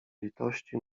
litości